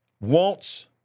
wants